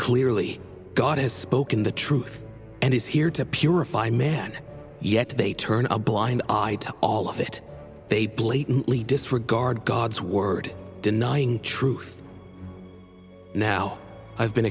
clearly god has spoken the truth and is here to purify man yet they turn a blind eye to all of it they blatantly disregard god's word denying the truth now i've been